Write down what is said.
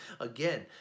again